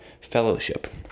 fellowship